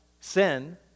Sin